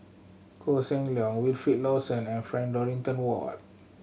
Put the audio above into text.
Koh Seng Leong Wilfed Lawson and Frank Dorrington Ward